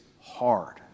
hard